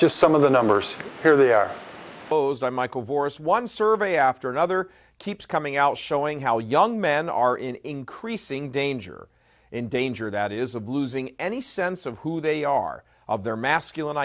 just some of the numbers here they are posed by michael vorse one survey after another keeps coming out showing how young men are in increasing danger in danger that is of losing any sense of who they are of their masculine